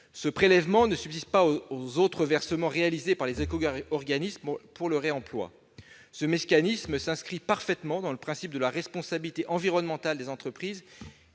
Ce prélèvement ne subsiste pas aux autres versements réalisés par les éco-organismes pour réemploi. Ce mécanisme s'inscrit parfaitement dans le principe de la responsabilité environnementale des entreprises